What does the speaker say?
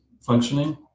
functioning